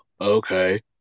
okay